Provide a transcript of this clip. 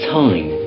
time